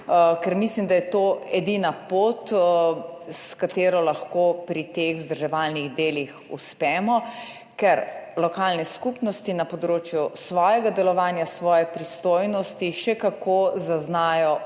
ker mislim, da je to edina pot, s katero lahko pri teh vzdrževalnih delih uspemo. Ker lokalne skupnosti na področju svojega delovanja, svoje pristojnosti še kako zaznajo